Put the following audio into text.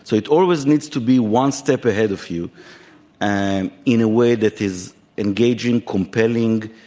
so it always need to be one step ahead of you and in a way that is engaging, compelling,